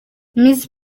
miss